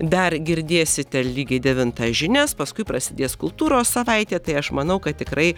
dar girdėsite lygiai devintą žinias paskui prasidės kultūros savaitė tai aš manau kad tikrai